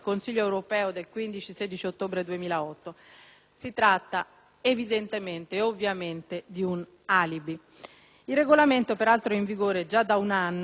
2008». Si tratta ovviamente di un alibi. Il regolamento, peraltro in vigore dà un anno, non fa che stabilire dei criteri